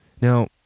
Now